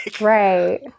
Right